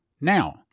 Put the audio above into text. Now